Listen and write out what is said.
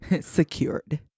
secured